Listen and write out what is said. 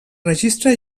registre